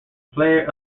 player